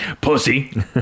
Pussy